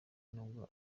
nubwo